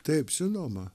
taip žinoma